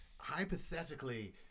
Hypothetically